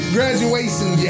Graduation